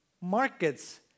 markets